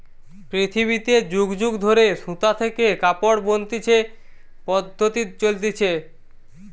পৃথিবীতে যুগ যুগ ধরে সুতা থেকে কাপড় বনতিছে পদ্ধপ্তি চলতিছে